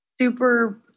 super